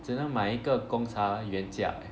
只能买一个 Gong Cha 原价